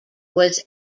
was